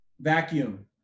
vacuum